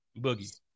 Boogie